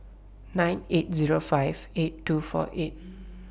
nine eight Zero five eight two four eight